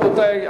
רבותי,